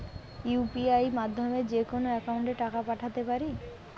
UPI মাধ্যমে যেকোনো একাউন্টে টাকা পাঠাতে পারি?